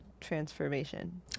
transformation